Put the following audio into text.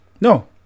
No